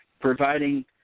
providing